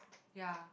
ya